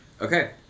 Okay